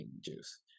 juice